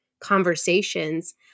conversations